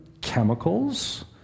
chemicals